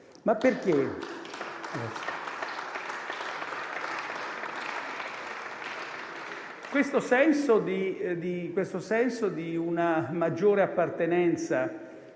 Ma perché? Questo senso di una maggiore appartenenza